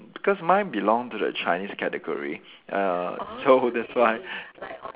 because mine belong to the Chinese category err so that's why